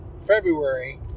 February